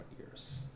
ears